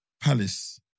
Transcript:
Palace